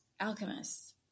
alchemists